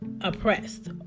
oppressed